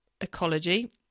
ecology